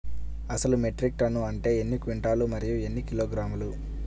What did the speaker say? అసలు metric ton అంటే ఎన్ని క్వింటాలు మరియు ఎన్ని కిలోగ్రాములు?